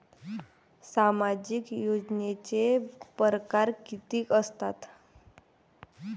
सामाजिक योजनेचे परकार कितीक असतात?